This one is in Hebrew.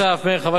חבל שאתה לא מקשיב,